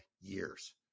years